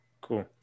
Cool